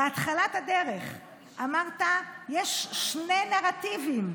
בהתחלת הדרך אמרת: יש שני נרטיבים.